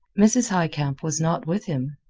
mrs. highcamp was not with him.